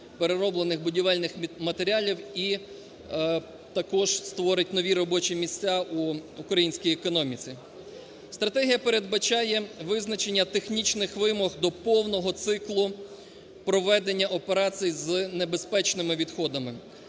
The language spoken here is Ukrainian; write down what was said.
перероблених будівельних матеріалів і також створить нові робочі місця у українській економіці. Стратегія передбачає визначення технічних вимог до повного циклу проведення операцій з небезпечними відходами,